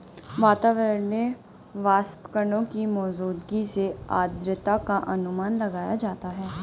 वातावरण में वाष्पकणों की मौजूदगी से आद्रता का अनुमान लगाया जाता है